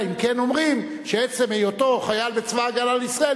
אלא אם כן אומרים שעצם היותו חייל בצבא-ההגנה לישראל